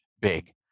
big